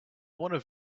wonder